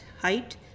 height